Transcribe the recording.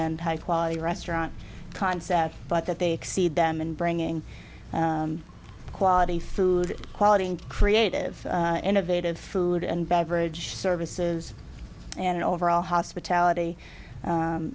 end high quality restaurant concept but that they exceed them in bringing quality food quality and creative innovative food and beverage services and overall hospitality